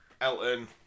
Elton